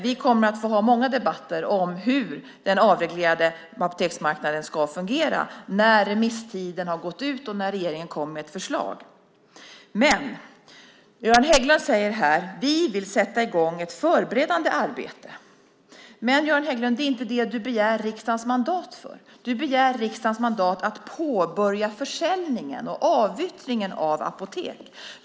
Vi kommer att få ha många debatter om hur den avreglerade apoteksmarknaden ska fungera när remisstiden gått ut och regeringen kommit med ett förslag. Göran Hägglund säger att de vill sätta i gång ett förberedande arbete. Men, Göran Hägglund, det är inte det du begär riksdagens mandat för. Du begär riksdagens mandat att kunna påbörja försäljningen och avyttringen av Apoteket.